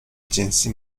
جنسی